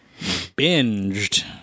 binged